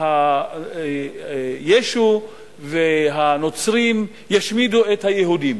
ישו והנוצרים ישמידו את היהודים.